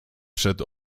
przed